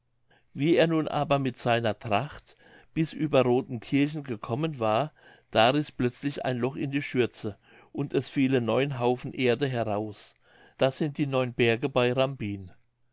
wie er nun aber mit seiner tracht bis über rodenkirchen gekommen war da riß plötzlich ein loch in die schürze und es fielen neun haufen erde heraus das sind die neun berge bei rambin